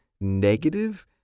negative